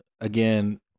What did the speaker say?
again